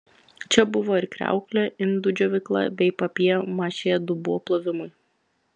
čia buvo ir kriauklė indų džiovykla bei papjė mašė dubuo plovimui